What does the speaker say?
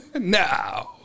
Now